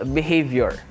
behavior